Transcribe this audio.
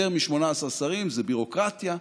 יותר מ-18 שרים זה ביורוקרטיה,